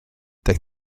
daeth